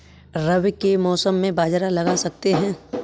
रवि के मौसम में बाजरा लगा सकते हैं?